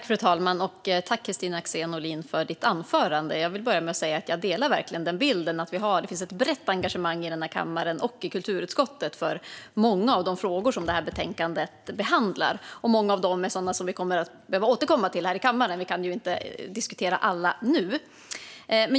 Fru talman! Jag tackar Kristina Axén Olin för hennes anförande. Jag delar bilden av att det finns ett brett engagemang i kammaren och i kulturutskottet för många av de frågor som betänkandet behandlar. Många av frågorna kommer vi att återkomma till i kammaren. Vi kan ju inte diskutera alla nu.